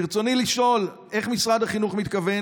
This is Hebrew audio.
ברצוני לשאול: 1. איך משרד החינוך מתכוון